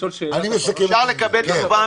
שאלת הבהרה.